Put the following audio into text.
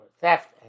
theft